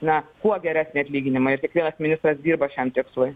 na kuo geresnį atlyginimą ir kiekvienas ministras dirba šiam tikslui